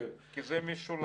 כי זה משולב.